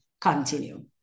continue